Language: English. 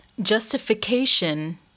justification